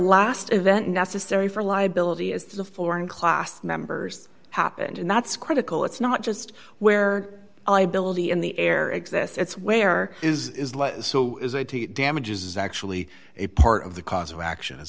last event necessary for liability is the foreign class members happened in that's critical it's not just where i believe in the air exists it's where is so is eighty damages is actually a part of the cause of action is